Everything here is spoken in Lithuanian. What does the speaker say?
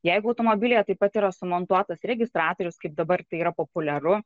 jeigu automobilyje taip pat yra sumontuotas registratorius kaip dabar tai yra populiaru